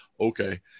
Okay